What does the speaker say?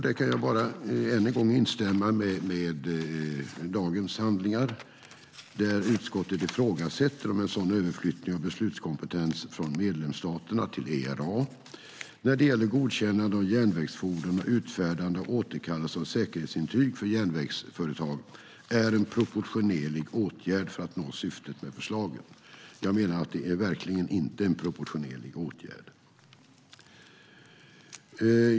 Där kan jag än en gång bara instämma i dagens handlingar, där utskottet ifrågasätter om en sådan överflyttning av beslutskompetens från medlemsstaterna till ERA när det gäller godkännande av järnvägsfordon och utfärdande och återkallelse av säkerhetsintyg för järnvägsföretag är en proportionerlig åtgärd för att nå syftet med förslagen. Jag menar att det verkligen inte är en proportionerlig åtgärd.